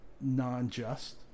non-just